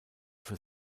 für